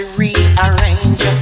rearrange